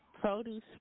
produce